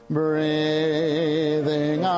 breathing